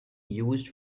used